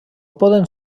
poden